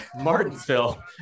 Martinsville